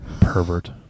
pervert